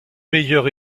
meilleur